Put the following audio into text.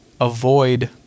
avoid